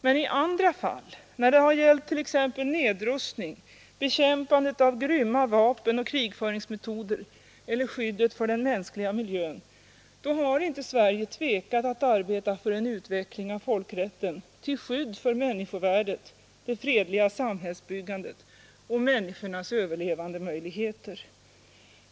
Men i andra fall, när det har gällt t.ex. nedrustning, bekämpandet av grymma vapen och krigföringsmetoder eller skyddet för den mänskliga miljön har Sverige inte tvekat att arbeta för en utveckling av folkrätten till skydd för människovärdet, det fredliga samhällsbyggandet och människornas överlevandemöjligheter.